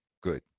good